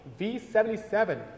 V77